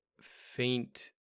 faint